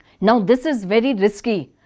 now this is very risky,